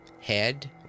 Head